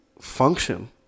function